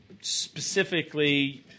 specifically